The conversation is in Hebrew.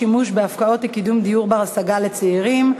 שימוש בהפקעות לקידום דיור בר-השגה לצעירים),